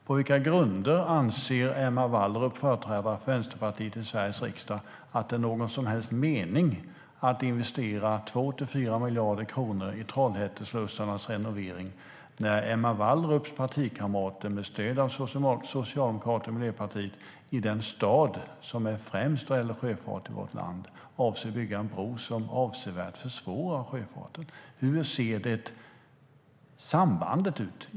På vilka grunder anser Emma Wallrup, företrädare för Vänsterpartiet i Sveriges riksdag, att det är någon som helst mening att investera 2-4 miljarder kronor för renovering av Trollhätteslussarna när Emma Wallrups partikamrater med stöd av Socialdemokraterna och Miljöpartiet i den stad som är främst vad gäller sjöfart i vårt land avser att bygga en bro som avsevärt försvårar sjöfarten? Hur ser det sambandet ut?